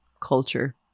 culture